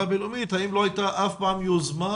האם לא הייתה אף פעם יוזמה